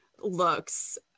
looks